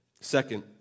Second